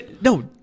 no